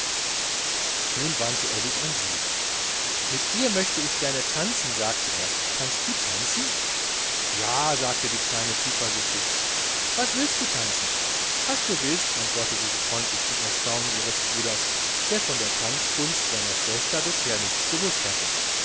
nun wandte er sich an sie mit dir möchte ich gerne tanzen sagte er kannst du tanzen ja sagte die kleine zuversichtlich was willst du tanzen was du willst antwortete sie freundlich zum erstaunen ihres bruders der von der tanzkunst seiner schwester bisher noch nichts gewußt hatte